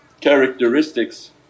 characteristics